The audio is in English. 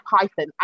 Python